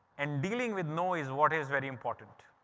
and dealing with no is what is very important.